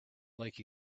like